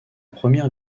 première